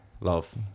Love